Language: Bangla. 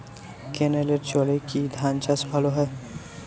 ক্যেনেলের জলে কি ধানচাষ ভালো হয়?